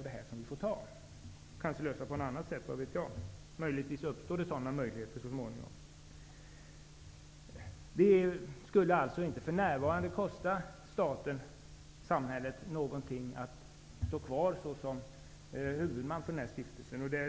vi naturligtvis acceptera. Kanske går det att lösa detta på något annat sätt -- vad vet jag? Måhända uppstår det så småningom möjligheter här. För närvarande skulle det alltså inte kosta staten, samhället, någonting att stå kvar som huvudman för den här stiftelsen.